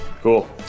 Cool